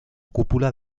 cúpula